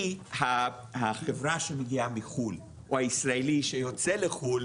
כי החברה שמגיעה לחו"ל, או הישראלי שיוצא לחו"ל,